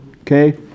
Okay